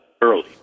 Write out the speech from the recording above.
early